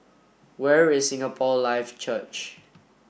where is Singapore Life Church